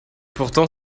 pourtant